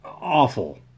awful